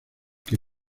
que